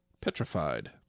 Petrified